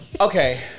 Okay